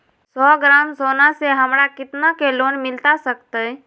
सौ ग्राम सोना से हमरा कितना के लोन मिलता सकतैय?